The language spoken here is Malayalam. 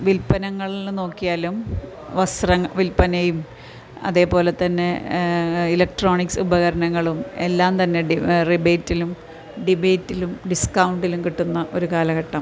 വില്പനങ്ങളിൽ നോക്കിയാലും വസ്ത്രം വിൽപ്പനയും അതുപോലെത്തന്നെ ഇലക്ട്രോണിക്ക്സ് ഉപകരണങ്ങളും എല്ലാം തന്നെ ഡി റിബേറ്റിലും ഡിബേറ്റിലും ഡിസ്കൗണ്ടിലും കിട്ടുന്ന ഒരു കാലഘട്ടം